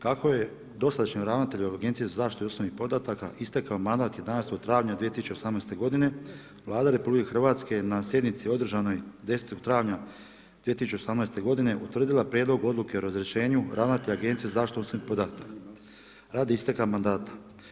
Kako je dosadašnjem ravnatelju Agencije za zaštitu osobnih podataka istekao mandat 11. travnja 2018. godine Vlada RH na sjednici održanoj 10. travnja 2018. godine utvrdila Prijedlog odluke o razrješenju ravnatelja Agencije za zaštitu osobnih podataka radi isteka mandata.